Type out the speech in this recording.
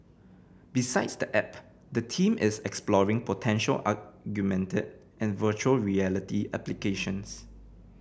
besides the app the team is exploring potential augmented and virtual reality applications